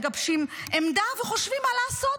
מגבשים עמדה וחושבים מה לעשות.